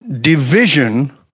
division